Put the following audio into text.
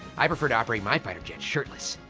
i prefer to operate my fighter jet shirtless,